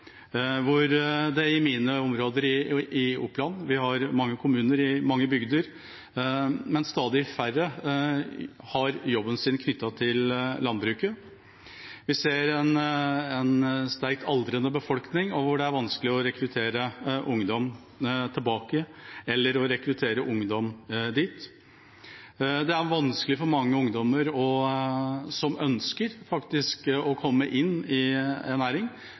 i mine områder i Oppland. Vi har mange innbyggere i mange bygder, men stadig færre har en jobb knyttet til landbruket. Vi ser en sterkt aldrende befolkning, og at det er vanskelig å rekruttere ungdom tilbake, eller å rekruttere ungdom dit. Det er vanskelig for mange ungdommer som ønsker å komme inn i